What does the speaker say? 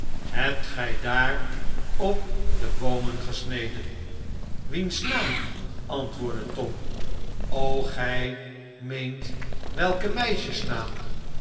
hebt gij daar op de boomen gesneden wiens naam antwoordde tom gij meent welken meisjesnaam